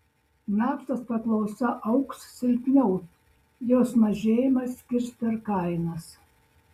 naftos paklausa augs silpniau jos mažėjimas kirs per kainas